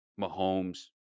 Mahomes